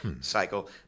cycle